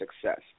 success